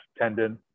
tendon